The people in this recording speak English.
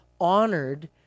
honored